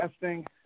testing